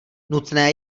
nutné